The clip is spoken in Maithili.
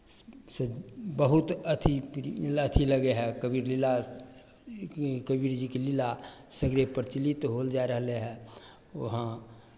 से बहुत अथी प्रि अथी लगै हए कबीर लीला कबीर जीके लीला सगरे प्रचलित होल जाय रहलै हए ओहाँ